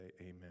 amen